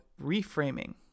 reframing